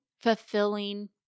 fulfilling